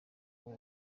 uwo